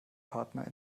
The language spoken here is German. partner